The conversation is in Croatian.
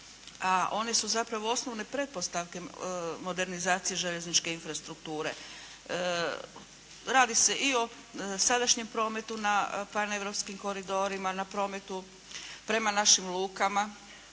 a one su zapravo osnovne pretpostavke modernizaciji željezničke infrastrukture. Radi se i o sadašnjem prometu na paneuropskim koridorima, na prometu prema našim lukama.